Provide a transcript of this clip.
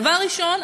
דבר ראשון,